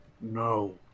No